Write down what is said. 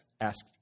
asked